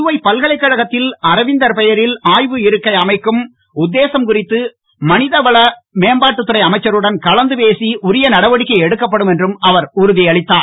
புதுவை பல்கலைக்கழகத்தில் அரவிந்தர் பெயரில் ஆய்விருக்கை அமைக்கும் உத்தேசம் குறித்து மத்திய மனிதவள மேம்பாட்டுத் துறை அமைச்சருடன் கலந்து பேசி உரிய நடவடிக்கை எடுக்கப்படும் என்றும் அவர் உறுதியளித்தார்